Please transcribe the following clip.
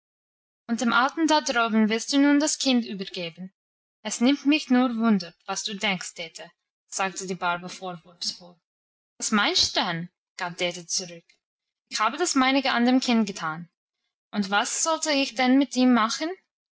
und dem alten da droben willst du nun das kind übergeben es nimmt mich nur wunder was du denkst dete sagte die barbel vorwurfsvoll was meinst du denn gab dete zurück ich habe das meinige an dem kinde getan und was sollte ich denn mit ihm machen